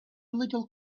little